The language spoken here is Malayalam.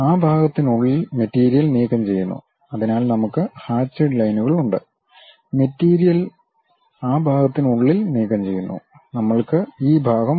ആ ഭാഗത്തിനുള്ളിൽ മെറ്റീരിയൽ നീക്കംചെയ്യുന്നു അതിനാൽ നമുക്ക് ഹാചിഡ് ലൈന്കളുണ്ട് മെറ്റീരിയൽ ആ ഭാഗത്തിനുള്ളിൽ നീക്കംചെയ്യുന്നു നമ്മൾക്ക് ഈ ഭാഗം ഉണ്ട്